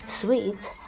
sweet